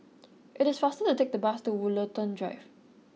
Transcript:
it is faster to take the bus to Woollerton Drive